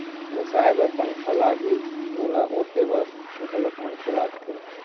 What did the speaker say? ओसाय बर पंखा लागही, ओला ओटे बर घलोक मनखे लागथे